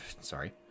Sorry